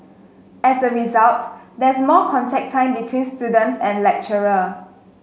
as a result there's more contact time between student and lecturer